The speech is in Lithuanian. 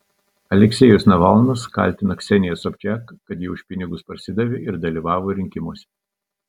aleksejus navalnas kaltina kseniją sobčak kad ji už pinigus parsidavė ir dalyvavo rinkimuose